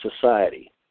society